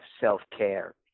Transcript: self-care